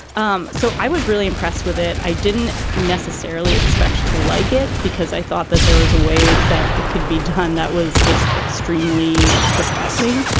um so i was really impressed with it. i didn't necessarily expect to like it because i thought that there was a way that it could be done. that was just extremely depressing.